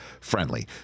friendly